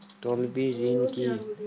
তলবি ঋণ কি?